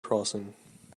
crossing